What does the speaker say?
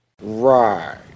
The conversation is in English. Right